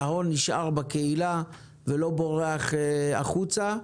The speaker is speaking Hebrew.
שההון נשאר בקהילה ולא בורח החוצה.